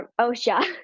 OSHA